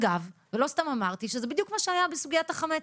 ולא סתם אמרתי שזה בדיוק מה שהיה בסוגיית החמץ,